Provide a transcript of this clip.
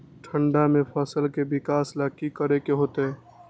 ठंडा में फसल के विकास ला की करे के होतै?